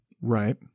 Right